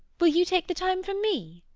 will you take the time from me?